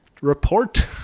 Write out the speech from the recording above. report